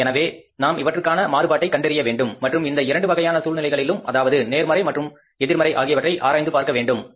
எனவே நாம் இவற்றுக்கான மாறுபாட்டை கண்டறிய வேண்டும் மற்றும் இந்த இரண்டு வகையான சூழ்நிலைகளிலும் அதாவது நேர்மறை அல்லது எதிர்மறை ஆகியவற்றை ஆராய்ந்து பார்க்க வேண்டும் சரியா